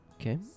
Okay